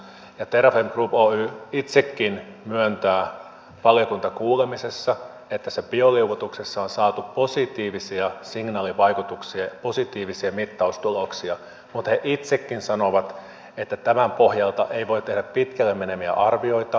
ja terrafame group oy itsekin myöntää valiokuntakuulemisessa että tässä bioliotuksessa on saatu positiivisia signaalivaikutuksia positiivisia mittaustuloksia mutta tämän pohjalta ei voi tehdä pitkälle meneviä arvioita